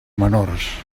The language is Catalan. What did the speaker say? menors